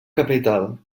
capital